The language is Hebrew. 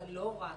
אבל לא רק,